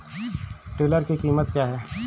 Tiller की कीमत क्या है?